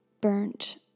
burnt